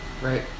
right